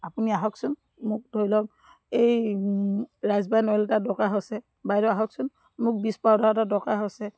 আপুনি আহকচোন মোক ধৰি লওক এই ৰাইচ ব্ৰেন অইল এটা দৰকাৰ হৈছে বাইদেউ আহকচোন মোক বিছ পাউডাৰ এটা দৰকাৰ হৈছে